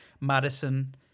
Madison